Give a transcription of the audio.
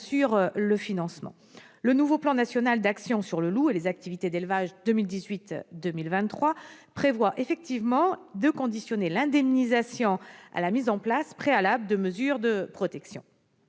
assure le financement. Le nouveau plan national d'actions 2018-2023 sur le loup et les activités d'élevage prévoit en effet de conditionner l'indemnisation à la mise en place préalable de mesures de protection.